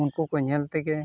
ᱩᱱᱠᱩ ᱠᱚ ᱧᱮᱞ ᱛᱮᱜᱮ